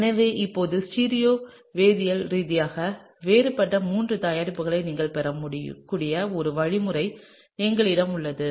எனவே இப்போது ஸ்டீரியோ வேதியியல் ரீதியாக வேறுபட்ட மூன்று தயாரிப்புகளை நீங்கள் பெறக்கூடிய ஒரு வழிமுறை எங்களிடம் உள்ளது